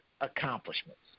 accomplishments